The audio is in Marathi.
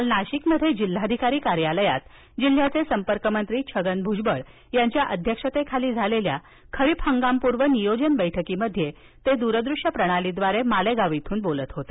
काल नाशिकमध्ये जिल्हाधिकारी कार्यालयात जिल्ह्याचे संपर्कमंत्री छगन भूजबळ यांच्या अध्यक्षतेखाली झालेल्या खरीप हंगामपूर्व नियोजन बैठकीत ते द्रदृश्यप्रणालीद्वारे मालेगाव इथून बोलत होते